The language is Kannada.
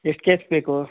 ಎಷ್ಟು ಕೇಸ್ ಬೇಕು